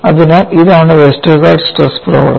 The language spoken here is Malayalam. അതിനാൽ ഇതാണ് വെസ്റ്റർഗാർഡിന്റെ സ്ട്രെസ് പ്രവർത്തനം